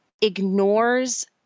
ignores